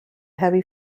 heavy